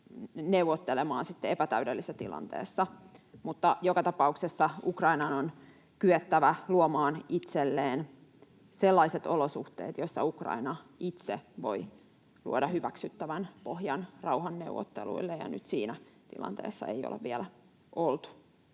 neuvottelemaan sitten epätäydellisessä tilanteessa. Mutta joka tapauksessa Ukrainan on kyettävä luomaan itselleen sellaiset olosuhteet, joissa Ukraina itse voi luoda hyväksyttävän pohjan rauhanneuvotteluille, ja nyt siinä tilanteessa ei olla vielä oltu.